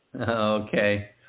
Okay